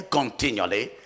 continually